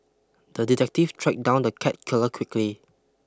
the detective tracked down the cat killer quickly